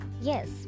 Yes